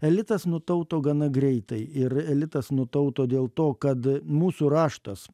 elitas nutauto gana greitai ir elitas nutauto dėl to kad mūsų raštas